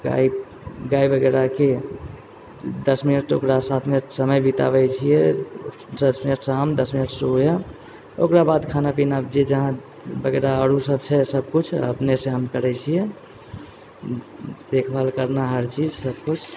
गाय गाय बगैरहके दस मिनट ओकरा साथमे समय बिताबै छियै दस शाम दस मिनट सुबह ओकरा बाद खाना पीना जे जहाँ बगैरह आरो सभ छै सबकुछ अपनेसँ हम करै छियै देखभाल करना हर चीज सबकुछ